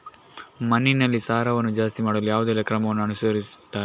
ಮಣ್ಣಿನಲ್ಲಿ ಸಾರವನ್ನು ಜಾಸ್ತಿ ಮಾಡಲು ಯಾವುದೆಲ್ಲ ಕ್ರಮವನ್ನು ಅನುಸರಿಸುತ್ತಾರೆ